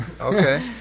Okay